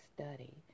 study